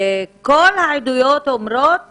כל העדויות אומרות